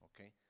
okay